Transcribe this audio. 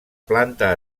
planta